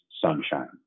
sunshine